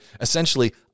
Essentially